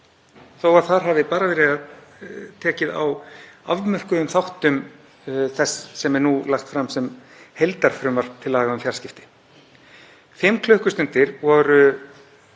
þótt þar hafi bara verið tekið á afmörkuðum þáttum þess sem er nú lagt fram sem heildarfrumvarp til laga um fjarskipti. Fimm klukkustundir voru